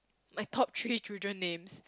my top three children names